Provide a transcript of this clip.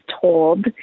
told